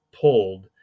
pulled